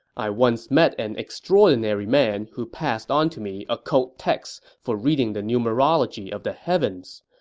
i once met an extraordinary man who passed on to me occult texts for reading the numerology of the heavens.